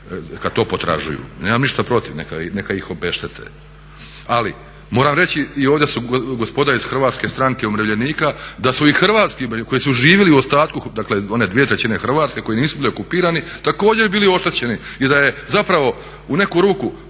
kad to potražuju. Nemam ništa protiv, neka ih obeštete. Ali moram reći i ovdje su gospoda iz Hrvatske stranke umirovljenika da su i hrvatski umirovljenici koji su živjeli u ostatku, dakle one dvije trećine Hrvatske koji nisu bili okupirani također bili oštećeni i da je zapravo u neku ruku